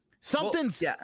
Something's